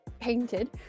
painted